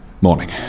morning